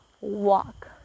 walk